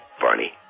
Barney